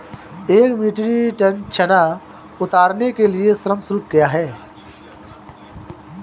एक metric ton चना उतारने के लिए श्रम शुल्क क्या है?